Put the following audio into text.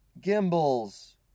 gimbals